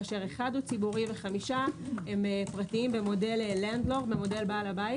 כאשר אחד הוא ציבורי וחמישה הם פרטיים במודל בעל הבית,